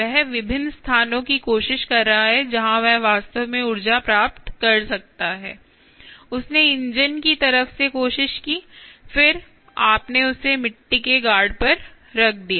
वह विभिन्न स्थानों की कोशिश कर रहा है जहां वह वास्तव में ऊर्जा प्राप्त कर सकता है उसने इंजन की तरफ से कोशिश की फिर आपने इसे मिट्टी के गार्ड पर रख दिया